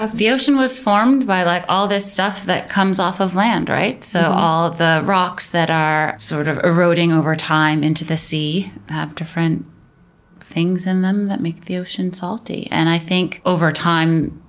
ah the ocean was formed by like all this stuff that comes off of land, right? so all the rocks that are sort of eroding over time into the sea, have different things in them that make the ocean salty. and i think over time,